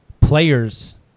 players